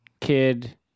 kid